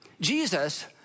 Jesus